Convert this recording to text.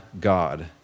God